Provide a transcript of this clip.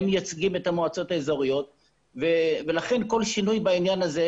הם מייצגים את המועצות האזוריות ולכן כל שינוי בעניין הזה,